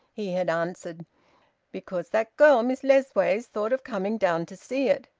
he had answered because that girl, miss lessways, thought of coming down to see it.